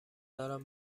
دارم